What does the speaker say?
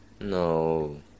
No